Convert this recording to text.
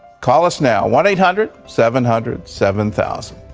call us now one eight hundred seven hundred seven thousand.